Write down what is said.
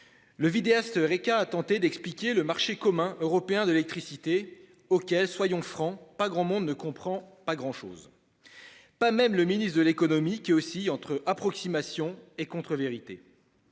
Le vidéaste Heu?reka a tenté d'expliquer le marché commun européen de l'électricité, auquel, soyons francs, presque personne ne comprend rien, pas même le ministre de l'économie, qui oscille entre approximations et contre-vérités